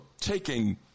taking